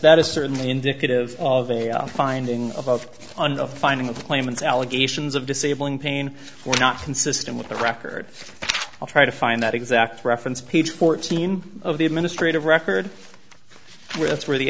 that is certainly indicative of a finding of and the finding of claimants allegations of disabling pain were not consistent with the record i'll try to find that exact reference page fourteen of the administrative record where that's where the